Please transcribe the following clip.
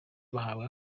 bahabwa